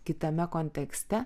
kitame kontekste